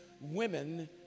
women